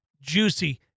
juicy